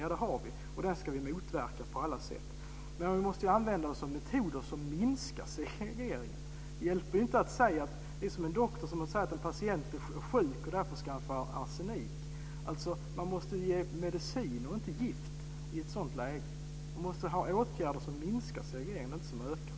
Ja, det har vi, och den ska vi motverka på alla sätt, men vi måste använda metoder som minskar segregeringen. Vi kan inte göra som en läkare som skaffar arsenik när en patient blivit sjuk. Man måste ge medicin och inte gift i ett sådant läge. Man måste sätta in åtgärder som minskar segregeringen, inte sådana som ökar den.